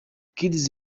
kidz